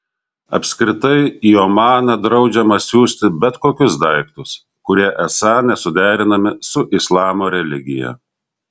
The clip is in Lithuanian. apskritai į omaną draudžiama siųsti bet kokius daiktus kurie esą nesuderinami su islamo religija